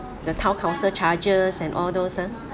the town council charges and all those uh